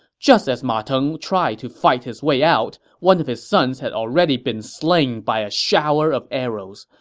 just as ma teng tried to fight his way out, one of his sons had already been slain by a shower of arrows.